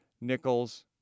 nickels